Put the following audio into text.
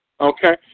okay